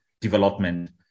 development